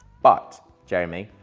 but jeremy,